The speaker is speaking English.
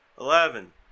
eleven